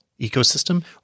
ecosystem